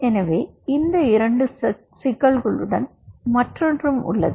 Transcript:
எனவே இந்த 2 சிக்கல்களுடன் மற்றொன்றும் உள்ளது